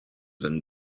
than